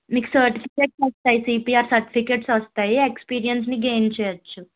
మీకు సర్టిఫికెట్స్ వస్తాయి CPR certificates వస్తాయి ఎక్స్పీరియన్స్ ని గైన్ చేయచ్చు